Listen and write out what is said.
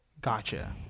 Gotcha